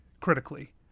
critically